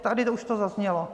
Tady už to zaznělo.